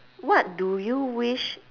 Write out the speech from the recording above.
what do you wish